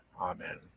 Amen